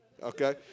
Okay